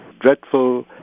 dreadful